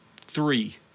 three